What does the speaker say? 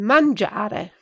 Mangiare